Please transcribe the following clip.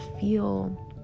feel